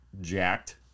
jacked